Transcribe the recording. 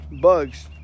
bugs